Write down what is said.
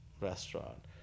restaurant